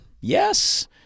Yes